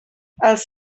els